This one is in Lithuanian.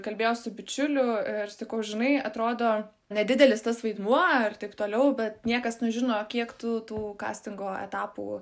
kalbėjau su bičiuliu ir sakau žinai atrodo nedidelis tas vaidmuo ir taip toliau bet niekas nužino kiek tu tų kastingo etapų